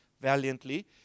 valiantly